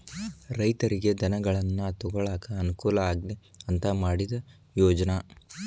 ರೈತರಿಗೆ ಧನಗಳನ್ನಾ ತೊಗೊಳಾಕ ಅನಕೂಲ ಆಗ್ಲಿ ಅಂತಾ ಮಾಡಿದ ಯೋಜ್ನಾ